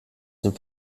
dem